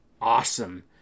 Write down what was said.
awesome